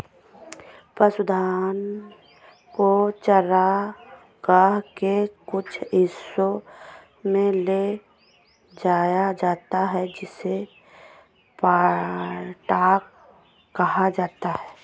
पशुधन को चरागाह के कुछ हिस्सों में ले जाया जाता है जिसे पैडॉक कहा जाता है